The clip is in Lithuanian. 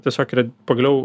tiesiog yra pagaliau